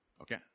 Okay